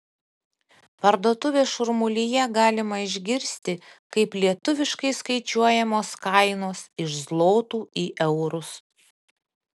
parduotuvės šurmulyje galima išgirsti kaip lietuviškai skaičiuojamos kainos iš zlotų į eurus